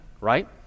right